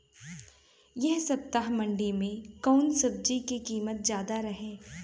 एह सप्ताह मंडी में कउन सब्जी के कीमत ज्यादा रहे?